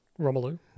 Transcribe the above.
Romelu